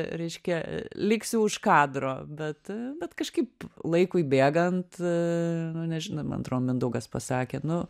reiškia liksi už kadro bet bet kažkaip laikui bėgant nu nežinau man atrodo mindaugas pasakė nu